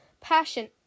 Passion